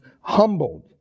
humbled